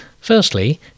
Firstly